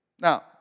Now